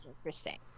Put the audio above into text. interesting